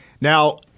Now